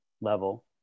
level